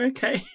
Okay